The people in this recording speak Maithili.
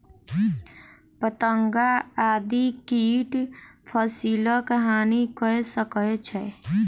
पतंगा आदि कीट फसिलक हानि कय सकै छै